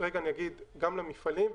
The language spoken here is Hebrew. אני אומר עוד פעם מפעלים,